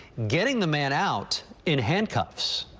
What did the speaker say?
getting the man out in handcuffs